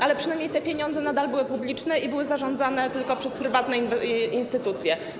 Ale przynajmniej te pieniądze nadal były publiczne i były zarządzane tylko przez prywatne instytucje.